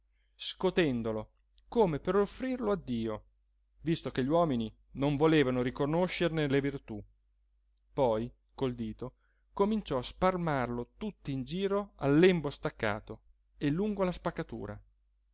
scotendolo come per offrirlo a dio visto che gli uomini non volevano riconoscerne le virtù poi col dito cominciò a spalmarlo tutt'in giro al lembo staccato e lungo la spaccatura